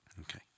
Okay